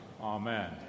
Amen